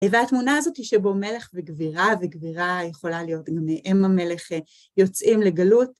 והתמונה הזאת היא שבו מלך וגבירה, וגבירה יכולה להיות גם אם המלך, יוצאים לגלות.